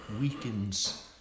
weakens